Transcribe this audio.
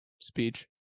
speech